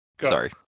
Sorry